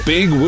Big